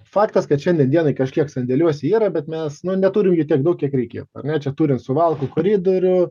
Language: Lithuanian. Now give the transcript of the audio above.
faktas kad šiandien dienai kažkiek sandėliuose yra bet mes neturim tiek daug kiek reikėtų ar ne čia turit suvalkų koridorių